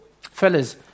Fellas